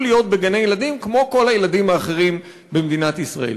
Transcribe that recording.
להיות בגני-ילדים כמו כל הילדים האחרים במדינת ישראל.